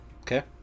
Okay